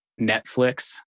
Netflix